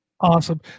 Awesome